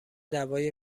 دوای